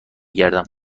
گردم